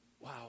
Wow